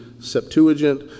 Septuagint